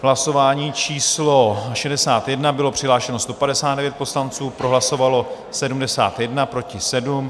Hlasování číslo 61, bylo přihlášeno 159 poslanců, pro hlasovalo 71, proti 7.